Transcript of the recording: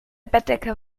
bettdecke